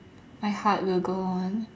My Heart Will Go On